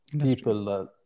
people